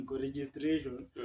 Registration